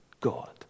God